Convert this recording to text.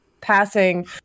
passing